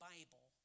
Bible